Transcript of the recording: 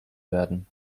werden